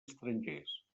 estrangers